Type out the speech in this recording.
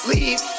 Leave